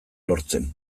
lortzen